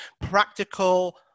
practical